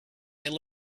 their